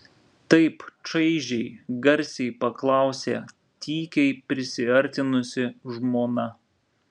taip čaižiai garsiai paklausė tykiai prisiartinusi žmona